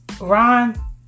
Ron